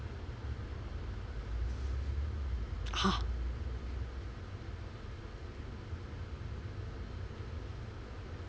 !huh!